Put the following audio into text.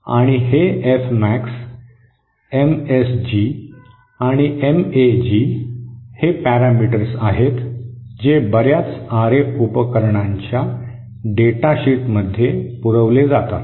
आणि हे F max MSG आणि एमएजी हे पॅरामीटर्स आहेत जे बर्याच आरएफ उपकरणांच्या डेटाशीटमध्ये पुरवले जातात